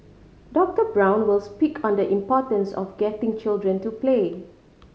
Doctor Brown will speak on the importance of getting children to play